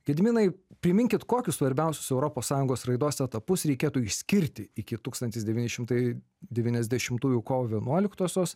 gediminai priminkit kokius svarbiausius europos sąjungos raidos etapus reikėtų išskirti iki tūkstantis devyni šimtai devyniasdešimtųjų kovo vienuoliktosios